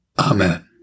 Amen